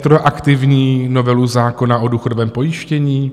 Retroaktivní novelu zákona o důchodovém pojištění?